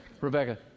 Rebecca